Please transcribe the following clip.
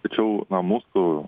tačiau na mūsų